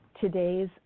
Today's